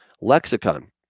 lexicon